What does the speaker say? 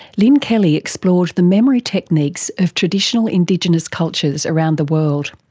lynne kelly explored the memory techniques of traditional indigenous cultures around the world.